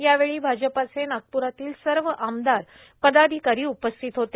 यावेळी भाजपचे नागप्रातील सर्व आमदार पदाधिकारी उपस्थित होते